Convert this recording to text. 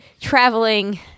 traveling